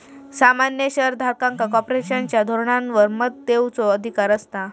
सामान्य शेयर धारकांका कॉर्पोरेशनच्या धोरणांवर मत देवचो अधिकार असता